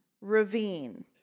Ravine